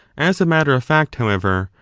as a matter of fact, however,